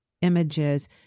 images